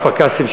כפר-קאסם,